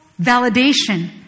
validation